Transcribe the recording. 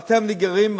ואתם נגררים,